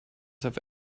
have